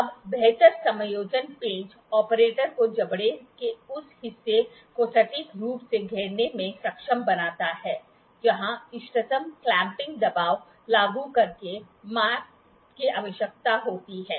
अब बेहतर समायोजन पेंच ऑपरेटर को जबड़े के उस हिस्से को सटीक रूप से घेरने में सक्षम बनाता है जहां इष्टतम क्लैंपिंग दबाव लागू करके माप की आवश्यकता होती है